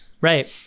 Right